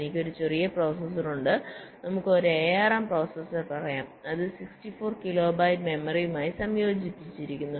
എനിക്ക് ഒരു ചെറിയ പ്രോസസർ ഉണ്ട് നമുക്ക് ഒരു ARM പ്രോസസർ പറയാം അത് 64 കിലോ ബൈറ്റ് മെമ്മറിയുമായി സംയോജിപ്പിച്ചിരിക്കുന്നു